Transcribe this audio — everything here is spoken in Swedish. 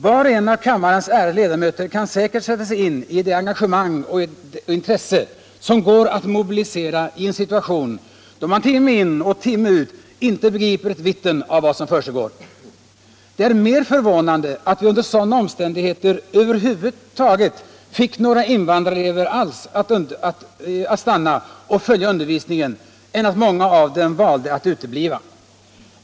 Var och en av kammarens ärade ledamöter kan säkert sätta sig in i det engagemang och intresse som går att mobilisera i en situation, då man timme in och timme ut inte begriper ett vitten av vad som försiggår. Det är mer förvånande att vi under sådana omständigheter över huvud taget fick några invandrarelever att stanna och följa undervisningen än att många av dem valde att utebli.